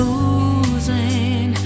losing